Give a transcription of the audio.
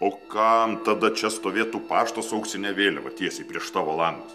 o kam tada čia stovėtų paštas su auksine vėliava tiesiai prieš tavo langus